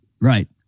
Right